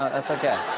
ah that's ok.